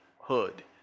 hood